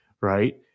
right